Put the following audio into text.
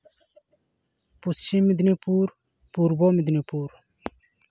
Paschim Medinipur Purba Medinipur